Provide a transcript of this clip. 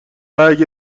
اگه